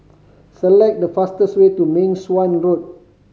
select the fastest way to Meng Suan Road